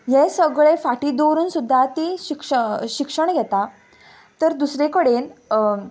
हें सगळें फाटीं दवरून सुद्दां ती शिक्ष शिक्षण घेता तर दुसरे कडेन